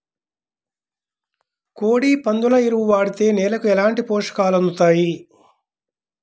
కోడి, పందుల ఎరువు వాడితే నేలకు ఎలాంటి పోషకాలు అందుతాయి